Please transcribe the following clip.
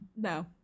No